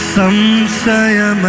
Samsaya